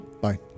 Bye